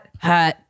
hot